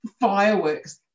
fireworks